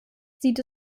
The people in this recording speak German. sieht